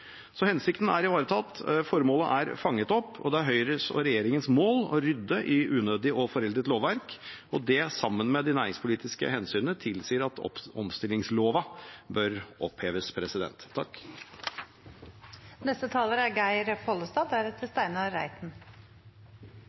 Så hensikten er ivaretatt og formålet fanget opp. Det er Høyres og regjeringens mål å rydde i unødig og foreldet lovverk, og det sammen med de næringspolitiske hensynene tilsier at omstillingsloven bør oppheves. Det er eit ideologisk forslag som her er